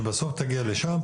שבסוף הניידת תגיע לשם,